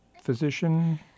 physician